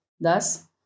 Thus